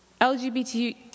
LGBT